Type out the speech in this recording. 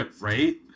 Right